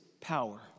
power